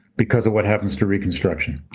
because of what happens to reconstruction.